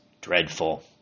dreadful